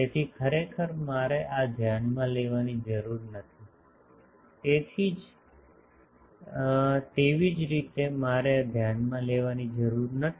તેથી ખરેખર મારે આ ધ્યાનમાં લેવાની જરૂર નથી તેવી જ રીતે મારે આ ધ્યાનમાં લેવાની જરૂર નથી